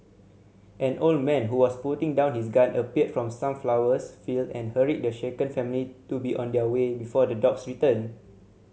an old man who was putting down his gun appeared from the sunflowers field and hurried the shaken family to be on their way before the dogs return